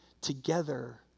together